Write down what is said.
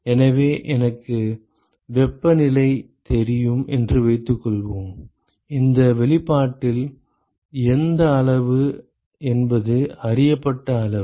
எனவே எனக்கு வெப்பநிலை தெரியும் என்று வைத்துக்கொள்வோம் இந்த வெளிப்பாட்டில் எந்த அளவு என்பது அறியப்பட்ட அளவு